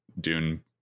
Dune